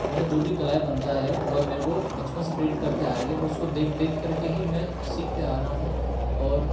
वह जो भी कलाएँ बनाता है वह मेरे को बचपन से प्रेरित करते आ रही है और उसको देख देखकर के ही मैं सीखते आ रहा हूँ और